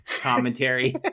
commentary